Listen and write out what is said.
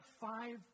five